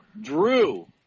Drew